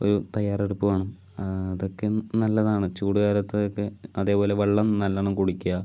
ഒരു തയ്യാറെടുപ്പ് വേണം അതൊക്കെ നല്ലതാണ് ചൂട് കാലത്തൊക്കെ അതേപോലെ വെള്ളം നല്ലവണ്ണം കുടിക്കുക